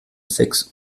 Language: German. sechs